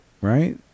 Right